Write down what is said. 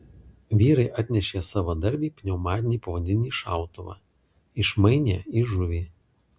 vyrai atnešė savadarbį pneumatinį povandeninį šautuvą išmainė į žuvį